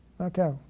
Okay